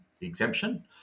exemption